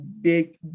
big